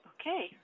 Okay